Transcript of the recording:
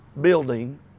building